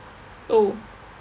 oh